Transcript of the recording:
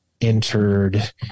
entered